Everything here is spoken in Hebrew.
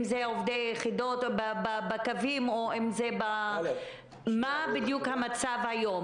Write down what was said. אם זה עובדי יחידות בקווים מה בדיוק המצב היום?